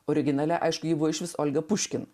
originale aišku ji buvo išvis olga puškin